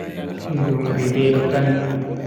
Njumri be kantu.